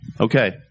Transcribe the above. Okay